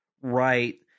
Right